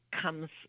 comes